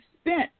spent